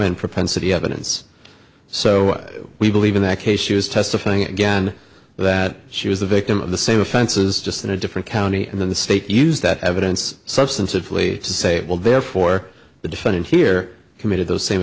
in propensity evidence so we believe in that case she was testifying again that she was the victim of the same offenses just in a different county and then the state used that evidence substantively to say well therefore the defendant here committed those same